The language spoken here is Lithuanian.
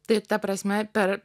tai ta prasme per